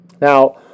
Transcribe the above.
Now